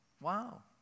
wow